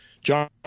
John